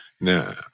no